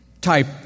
type